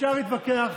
אפשר להתווכח,